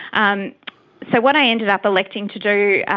um so what i ended up electing to do,